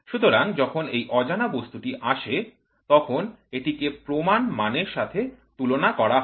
সুতরাং যখন এই অজানা বস্তুটি আসে তখন এটিকে প্রমাণ মানের সাথে তুলনা করা হয়